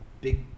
big